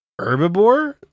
herbivore